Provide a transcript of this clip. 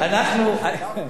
זה גדול.